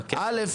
א',